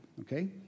Okay